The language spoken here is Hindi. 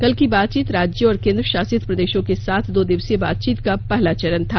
कल की बातचीत राज्यों और केंद्रशासित प्रदेशों के साथ दो दिवसीय बातचीत का पहला चरण था